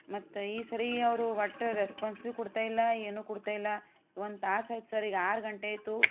ಮತ್ತ ಈ ಸರಿ ಅವರು ಒಟ್ಟ ರೆಸ್ಪಾನ್ಸೀವ್ ಕೊಡ್ತಾಯಿಲ್ಲ ಏನು ಕೊಡ್ತಾಯಿಲ್ಲ ಒಂದು ತಾಸು ಆಯಿತು ಸರ್ ಈಗ ಆರು ಗಂಟೆ ಆಯಿತು